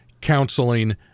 Counseling